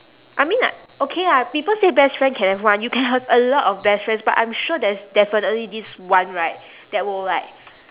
I mean like okay ah people say best friend can have one you can have a lot of best friends but I'm sure there is definitely this one right that will like